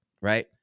right